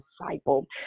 disciple